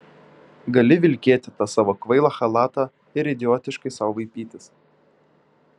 gali vilkėti tą savo kvailą chalatą ir idiotiškai sau vaipytis